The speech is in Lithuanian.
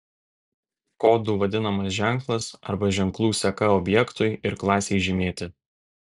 kodu vadinamas ženklas arba ženklų seka objektui ir klasei žymėti